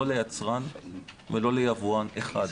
לא ליצרן ולא ליבואן אחד.